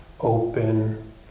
open